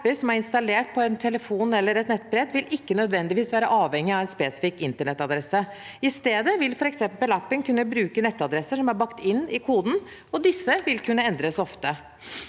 apper som er installert på en telefon eller et nettbrett, vil ikke nødvendigvis være avhengig av en spesifikk internettadresse. I stedet vil f.eks. appen kunne bruke nettadresser som er bakt inn i koden, og disse vil kunne endres ofte.